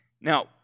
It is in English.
Now